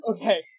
okay